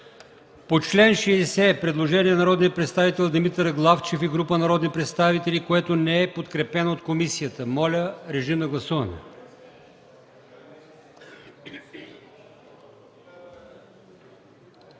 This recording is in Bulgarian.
По чл. 61 – предложение на народния представител Димитър Главчев и група народни представители, което не е подкрепено от комисията. Моля, режим на гласуване.